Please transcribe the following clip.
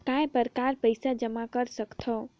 काय प्रकार पईसा जमा कर सकथव?